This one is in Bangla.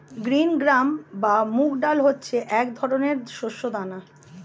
গ্রিন গ্রাম বা মুগ ডাল হচ্ছে এক ধরনের শস্য দানা